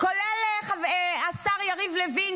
כולל השר יריב לוין,